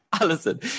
Alison